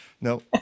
No